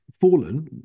fallen